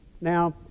Now